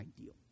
ideal